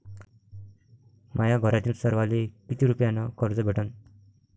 माह्या घरातील सर्वाले किती रुप्यान कर्ज भेटन?